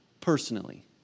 personally